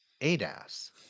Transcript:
ADAS